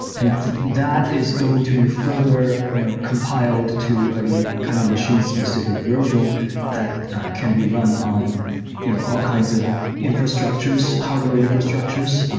and that is going to be further you know compiled to a kind of machine-specific version that can be run on you know all kinds of infrastructures, hardware infrastructures,